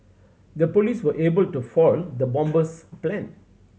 the police were able to foil the bomber's plan